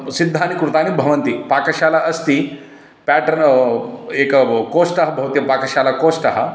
सिद्धानि कृतानि भवन्ति पाकशाला अस्ति पाट्र् एक कोष्ठः भवति पाकशाला कोष्ठः